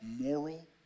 moral